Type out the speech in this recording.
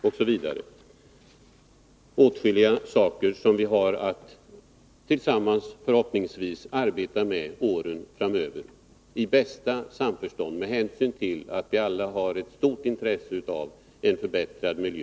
Det är åtskilliga saker som vi har att arbeta med tillsammans under åren framöver, förhoppningsvis i bästa samförstånd, med hänsyn till att vi alla har ett stort intresse av en förbättrad miljö.